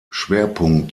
schwerpunkt